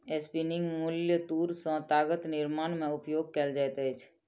spinning mule तूर सॅ तागक निर्माण में उपयोग कएल जाइत अछि